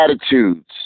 Attitudes